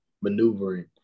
maneuvering